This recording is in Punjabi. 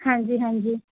ਹਾਂਜੀ ਹਾਂਜੀ